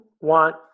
want